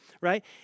right